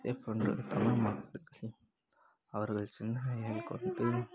மேற்கொண்டு தமிழ் மக்களுக்கு சே அவர்கள் சிந்தனையைக் கொண்டு